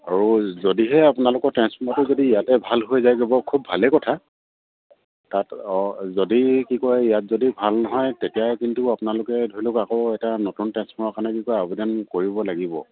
আৰু যদিহে আপোনালোকৰ ট্ৰেঞ্চফৰ্মাৰটো যদি ইয়াতে ভাল হৈ যায় যাব খুব ভালেই কথা তাত অঁ যদি কি কয় ইয়াত যদি ভাল নহয় তেতিয়া কিন্তু আপোনালোকে ধৰি লওক আকৌ এটা নতুন ট্ৰেন্ঞ্চফৰ্মাৰ কাৰণে কি কয় আৱেদান কৰিব লাগিব